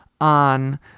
on